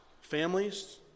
families